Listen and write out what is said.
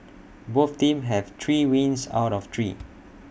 both teams have three wins out of three